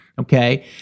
okay